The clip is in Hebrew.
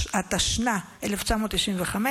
התשנ"ה 1995,